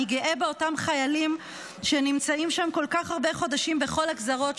אני גאה באותם חיילים שנמצאים שם כל כך הרבה חודשים בכל הגזרות,